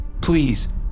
please